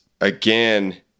again